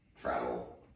travel